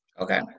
Okay